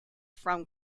from